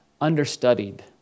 understudied